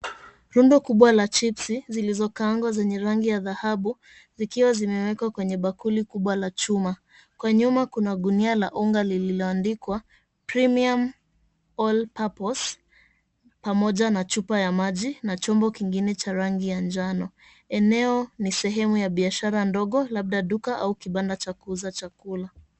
Rundo kubwa la chipsi zilizokaangwa zenye rangi ya dhahabu, zikiwa zimewekwa kwenye bakuli kubwa la chuma. Kwa nyuma kuna gunia la unga lililoandikwa Premium All Purpose , pamoja na chupa ya maji na chombo kingine cha rangi ya njano. Eneo ni sehemu ya biashara ndogo labda duka au kibanda cha kuuza chakula.